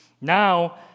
Now